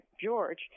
george